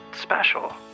special